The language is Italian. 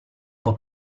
può